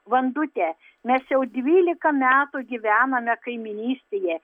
vandute mes jau dvylika metų gyvename kaimynystėje